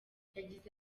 yagize